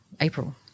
April